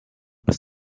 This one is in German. bis